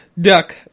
duck